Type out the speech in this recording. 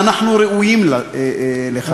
ואנחנו ראויים לכך.